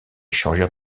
changèrent